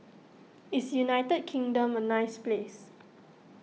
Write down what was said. is United Kingdom a nice place